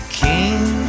king